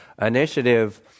initiative